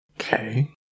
Okay